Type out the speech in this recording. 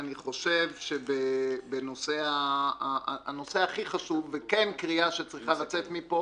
אני חושב שהנושא הכי חשוב וכן קריאה שצריכה לצאת מפה